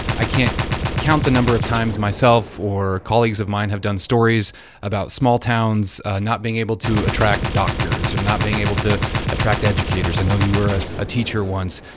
i can't count the number of times myself or colleagues of mine have done stories about small towns not being able to attract doctors and not being able to attract educators. i know you were a ah teacher once.